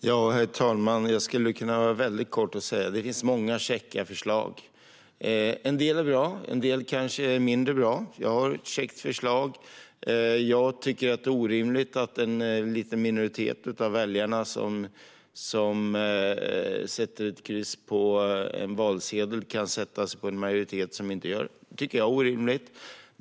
Herr talman! Jag skulle kunna fatta mig väldigt kort och säga att det finns många käcka förslag. En del är bra, en del kanske är mindre bra. Jag har ett käckt förslag: Jag tycker att det är orimligt att en liten minoritet av väljarna som sätter ett kryss på en valsedel kan sätta sig på en majoritet som inte gör det. Det tycker jag är orimligt.